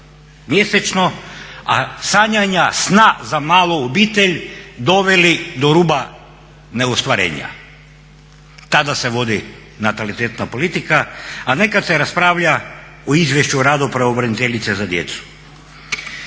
mjesečno a sanjanja sna za malu obitelj doveli do ruba neostvarenja. Tada se vodi natalitetna politika, a ne kad se raspravlja o izvješću o radu pravobraniteljice za djecu.